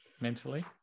mentally